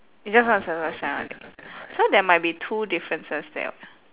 you just gonna circle shine all day so there might be two differences there [what]